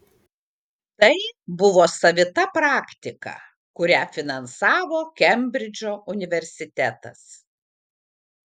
tai buvo savita praktika kurią finansavo kembridžo universitetas